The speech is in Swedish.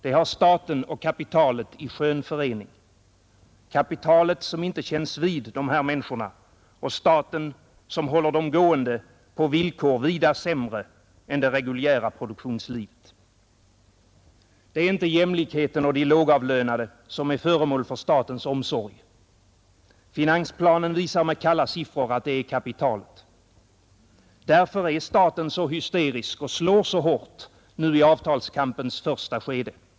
Det har staten och kapitalet i skön förening — kapitalet som inte känns vid de här människorna och staten som håller dem gående på villkor vida sämre än det reguljära produktionslivets. Det är inte jämlikheten och de lågavlönade som är föremål för statens omsorg. Finansplanen visar med kalla siffror att det är kapitalet. Därför är staten så hysterisk och slår så hårt nu i avtalskampens första skede.